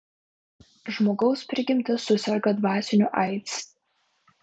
žmogaus prigimtis suserga dvasiniu aids